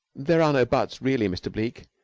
there are no buts, really, mr. bleke.